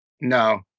No